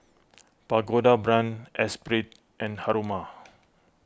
Pagoda Brand Esprit and Haruma